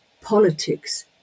politics